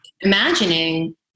imagining